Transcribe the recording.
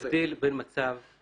שוב גבירתי, אני מבדיל בין מצב שבו